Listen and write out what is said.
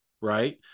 right